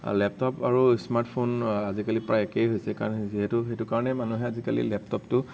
laptop আৰু smart phone আজি কালি প্ৰায় একে হৈছে কাৰণ যিহেতু সেইটো কাৰণে মানুহে আজিকালি লেপটপটো